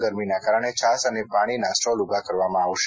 ગરમીના કારણે છાશ અને પાણીના સ્ટોલ ઉભા પણ કરવામાં આવશે